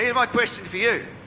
yeah my question for you.